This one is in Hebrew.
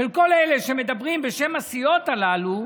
שכל אלה שמדברים בשם הסיעות הללו,